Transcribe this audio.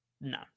No